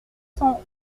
cent